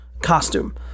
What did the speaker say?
costume